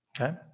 okay